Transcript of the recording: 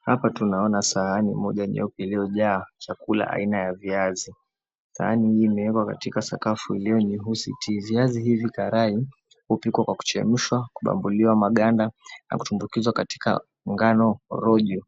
Hapa tunaona sahani moja nyeupe iliyojaa chakula aina ya viazi. Sahani hii imewekwa katika sakafu iliyo nyeusi. Viazi hivi karai hupikwa kwa kuchemshwa, kubambuliwa maganda na kutumbukizwa katika ungano rojo